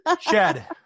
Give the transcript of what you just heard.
Shed